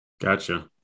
Gotcha